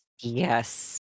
Yes